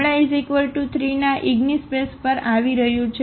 આλ3 ના ઇગિનસ્પેસ પર આવી રહ્યું છે